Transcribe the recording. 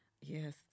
Yes